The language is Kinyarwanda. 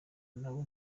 nabo